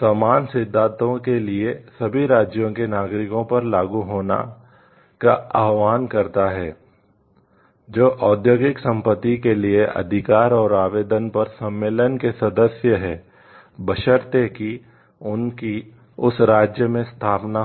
समान सिद्धांतों के लिए सभी राज्यों के नागरिकों पर लागू होने का आह्वान करता है जो औद्योगिक संपत्ति के लिए अधिकार और आवेदन पर सम्मेलन के सदस्य हैं बशर्ते कि उनकी उस राज्य में स्थापना हो